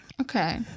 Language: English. Okay